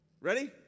ready